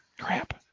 Crap